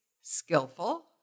skillful